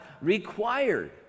required